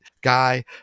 guy